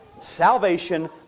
Salvation